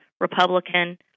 Republican